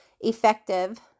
effective